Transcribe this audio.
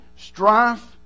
Strife